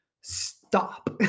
stop